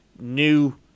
new